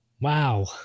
Wow